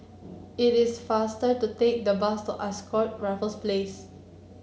it is faster to take the bus to Ascott Raffles Place